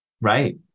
Right